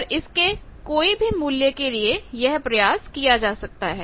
पर इसके कोई भी मूल्य के लिए यह प्रयास किया जा सकता है